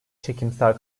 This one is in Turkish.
çekimser